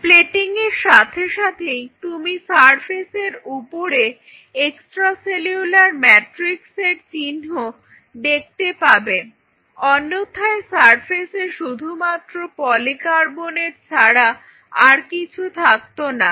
plating এর সাথে সাথেই তুমি সারফেস এর উপরে এক্সট্রা সেলুলার ম্যাট্রিক্সের চিহ্ন দেখতে পাবে অন্যথায় সারফেসে শুধুমাত্র পলিকার্বনেট ছাড়া আর কিছু থাকত না